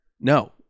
No